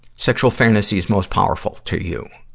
sexual fantasies most powerful to you.